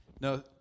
no